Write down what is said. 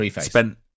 spent